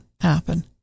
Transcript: happen